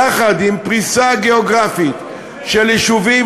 יחד עם פריסה גיאוגרפית של יישובים